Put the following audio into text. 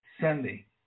Sunday